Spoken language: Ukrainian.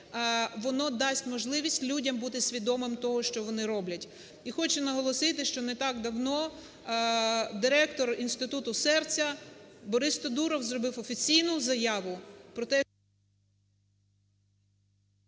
воно дасть можливість людям бути свідомим того, що вони роблять. І хочу наголосити, що не так давно директор Інституту серця Борис Тодуров зробив офіційну заяву про те…